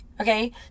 okay